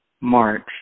March